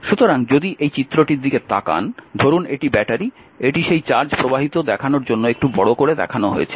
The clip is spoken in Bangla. সুতরাং যদি এই চিত্রটির দিকে তাকান ধরুন এটি ব্যাটারি এটি সেই চার্জ প্রবাহিত দেখানোর জন্য একটু বড় করে দেখানো হয়েছে